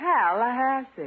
Tallahassee